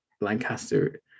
Lancaster